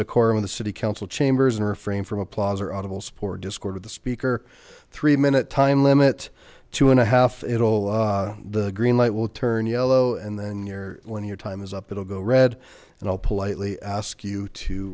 decorum of the city council chambers or frame from applause or audible support discord of the speaker three minute time limit two and a half at all the green light will turn yellow and then your when your time is up it will go read and all politely ask you to